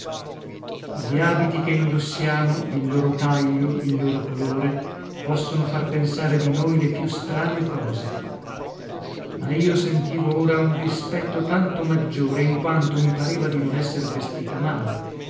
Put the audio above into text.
gli abiti che indossiamo il loro taglio il loro colore possono far pensare di noi le più strane cose ma io sentivo ora un dispetto tanto maggiore in quanto mi pareva di non esser vestito male